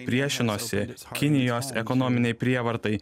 priešinosi kinijos ekonominei prievartai